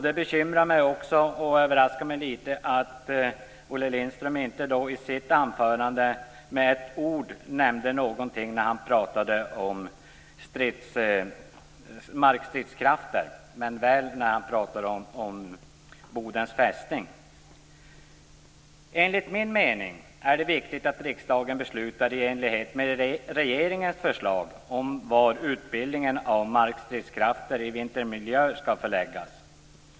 Det bekymrar mig och överraskar mig litet att Olle Lindström i sitt anförande med ett ord nämnde något om detta när han talade om markstridskrafter men väl när han talade om Bodens Fästning. Enligt min mening är det viktigt att riksdagen fattar beslut i enlighet med regeringens förslag om var utbildningen av markstridskrafter i vintermiljö skall förläggas.